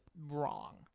wrong